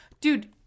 dude